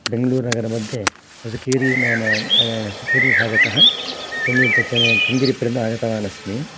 बेङ्गलूर्नगरमध्ये होस्केरि होस्केरिभागतः केङ्गेरिपर्यन्तम् आगतवान् अस्मि